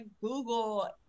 Google